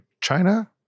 China